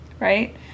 right